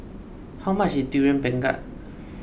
how much is Durian Pengat